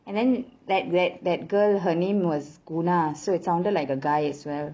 and then that that that girl her name was guna so it sounded like a guy as well